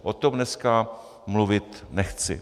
O tom dneska mluvit nechci.